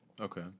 okay